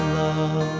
love